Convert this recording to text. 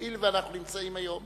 הואיל ואנו נמצאים היום